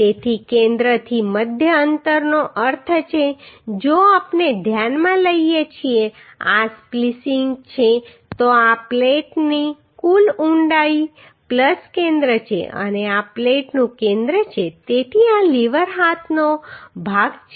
તેથી કેન્દ્રથી મધ્ય અંતરનો અર્થ છે જો આપણે ધ્યાનમાં લઈએ કે આ સ્પ્લિસિંગ છે તો આ પ્લેટની કુલ ઊંડાઈ કેન્દ્ર છે અને આ પ્લેટનું કેન્દ્ર છે તેથી આ લીવર હાથનો ભાગ હશે